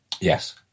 Yes